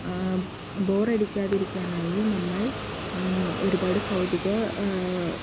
bore അടിക്കാതിരിക്കാനായി നമ്മൾ ഒരുപാട് കൗതുക